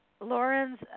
Lauren's